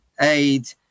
aid